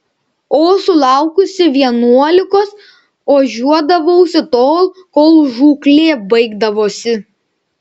o sulaukusi vienuolikos ožiuodavausi tol kol žūklė baigdavosi